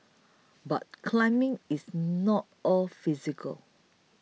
but climbing is not all physical